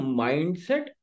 mindset